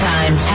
Time